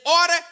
order